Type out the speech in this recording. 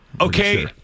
Okay